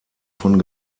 von